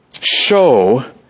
show